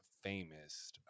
famous